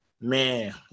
Man